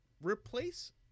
replace